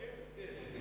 כן, כן.